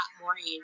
morning